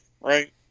right